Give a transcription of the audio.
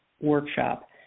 workshop